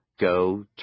go